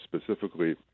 specifically